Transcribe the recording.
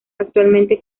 actualmente